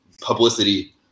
publicity